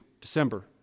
December